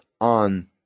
on